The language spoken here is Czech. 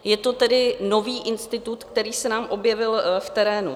Je to tedy nový institut, který se nám objevil v terénu.